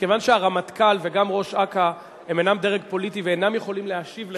מכיוון שהרמטכ"ל וגם ראש אכ"א אינם דרג פוליטי ואינם יכולים להשיב לך,